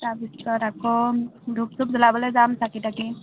তাৰপিছত আকৌ ধূপ চূপ জ্বলাবলে যাম চাকি তাকি